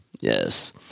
yes